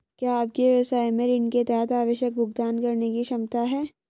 क्या आपके व्यवसाय में ऋण के तहत आवश्यक भुगतान करने की क्षमता है?